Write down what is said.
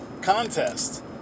contest